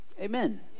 Amen